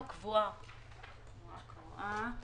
קבועה.